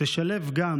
תשלב גם